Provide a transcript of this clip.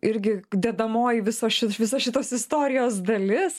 irgi dedamoji viso ši visos šitos istorijos dalis